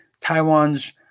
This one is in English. Taiwan's